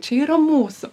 čia yra mūsų